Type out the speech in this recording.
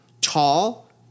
tall